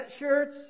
sweatshirts